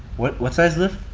what what size lift?